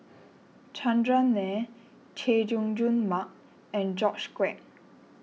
Chandran Nair Chay Jung Jun Mark and George Quek